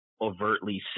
overtly